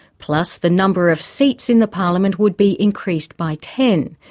plus the number of seats in the parliament would be increased by ten.